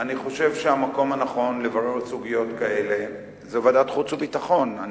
אני חושב שהמקום הנכון לברר סוגיות כאלה זה ועדת החוץ והביטחון.